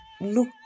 look